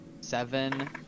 Seven